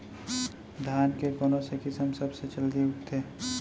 धान के कोन से किसम सबसे जलदी उगथे?